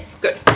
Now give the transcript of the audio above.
good